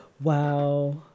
Wow